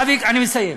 אני מסיים.